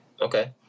Okay